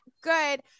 good